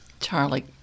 Charlie